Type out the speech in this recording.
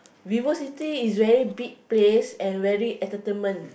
Vivo-City is very big place and very entertainment